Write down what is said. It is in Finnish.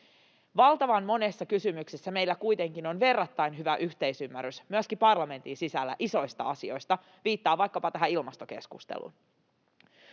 Valtavan monessa kysymyksessä isoista asioista meillä kuitenkin on verrattain hyvä yhteisymmärrys myöskin parlamentin sisällä — viittaan vaikkapa tähän ilmastokeskusteluun.